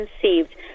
conceived